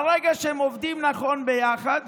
ברגע שהם עובדים נכון ביחד,